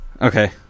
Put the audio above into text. Okay